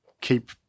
keep